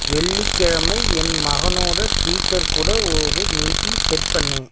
வெள்ளிக்கிழமை என் மகனோட டீச்சர் கூட ஒரு மீட்டிங் செட் பண்ணு